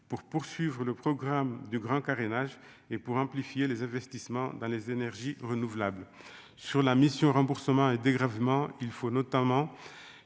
pour poursuivre le programme du grand carénage et pour amplifier les investissements dans les énergies renouvelables sur la mission remboursements et dégrèvements il faut notamment